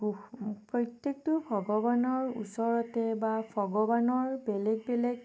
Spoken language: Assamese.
প্ৰত্যেকটো ভগৱানৰ ওচৰতে বা ভগৱানৰ বেলেগ বেলেগ